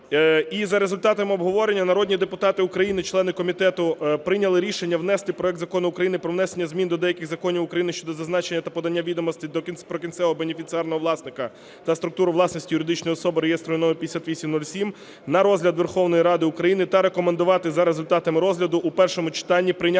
І за результатами обговорення народні депутати України, члени комітету прийняли рішення внести проект Закону України про внесення змін до деяких законів України щодо зазначення та подання відомостей про кінцевого бенефіціарного власника та структуру власності юридичної особи (реєстраційний номер 5807) на розгляд Верховної Ради України та рекомендувати за результатами розгляду в першому читанні прийняти